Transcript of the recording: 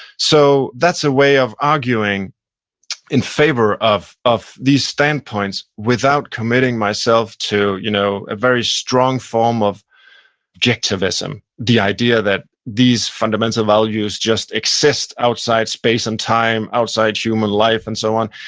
so that's a way of arguing in favor of of these standpoints without committing myself to you know a very strong form of objectivism, the idea that these fundamental values just exist outside space and time, outside human life, and so on.